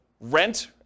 rent